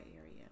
area